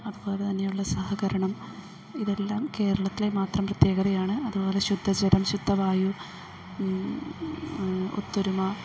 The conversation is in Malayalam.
അതുപോലെതന്നെ ഉള്ള സഹകരണം ഇതെല്ലാം കേരളത്തിലെ മാത്രം പ്രത്യേകതയാണ് അത്പോലെ ശുദ്ധജലം ശുദ്ധവായു ഒത്തൊരുമ